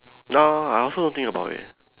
no I also think about it